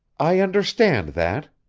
i understand that,